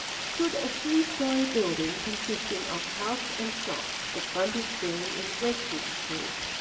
stood a three-storey building consisting of house and shop, the frontage being in wedgwood street.